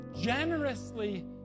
generously